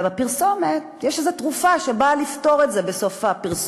אבל בפרסומת יש איזו תרופה שבאה לפתור את זה בסוף הפרסומת.